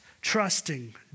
trusting